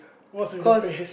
what's with the face